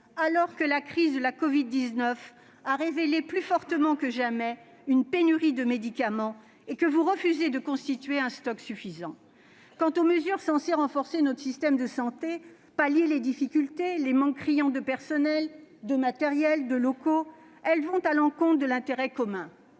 alors que la crise de la covid-19 a révélé plus fortement que jamais une pénurie de médicaments, et que vous refusez de constituer des stocks suffisants. Quant aux mesures censées renforcer notre système de santé, pallier les difficultés et les manques criants de personnel, de matériel, de locaux, elles vont à l'encontre de l'intérêt commun.